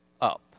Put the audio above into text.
up